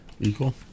Equal